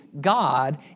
God